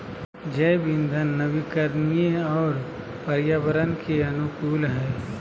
जैव इंधन नवीकरणीय और पर्यावरण के अनुकूल हइ